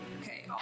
Okay